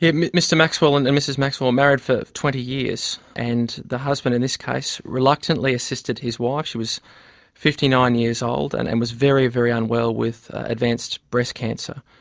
mr maxwell and and mrs maxwell, married for twenty years, and the husband in this case reluctantly assisted his wife, she was fifty nine years old and and was very, very unwell with advanced breast cancer.